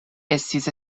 estis